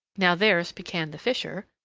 now there's pekan the fisher,